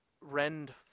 rend